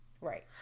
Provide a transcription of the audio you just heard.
Right